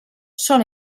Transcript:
són